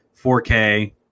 4K